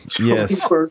Yes